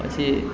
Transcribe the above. પછી